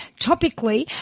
topically